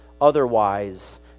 Otherwise